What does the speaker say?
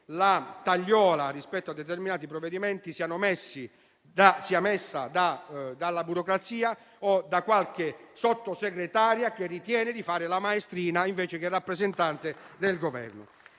la tagliola rispetto a determinati provvedimenti sia messa dalla burocrazia o da qualche Sottosegretaria che ritiene di fare la maestrina, invece che il rappresentante del Governo.